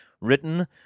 written